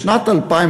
בשנת 2000,